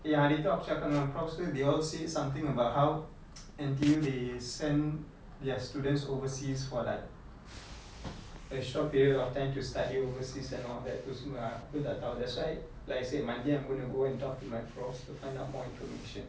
ya they talk they cakap apa itu they all said something about how N_T_U they send their students overseas for like a short period of time to study overseas and all that itu semua lah aku pun tak tahu that's why like I said monday I'm gonna go and talk to my profs to find out more information